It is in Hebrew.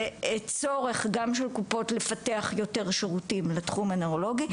צורך גם של קופות לפתח יותר שירותים בתחום הנוירולוגי,